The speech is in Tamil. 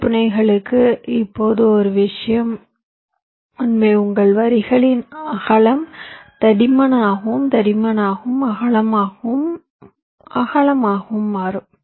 ஐ புனைகதைகளுக்கு இப்போது ஒரு விஷயம் உண்மை உங்கள் வரிகளின் அகலம் தடிமனாகவும் தடிமனாகவும் அகலமாகவும் அகலமாகவும் மாறும்